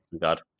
God